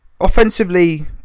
offensively